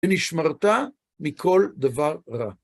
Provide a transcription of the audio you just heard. ונשמרת מכל דבר רע.